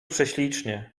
prześlicznie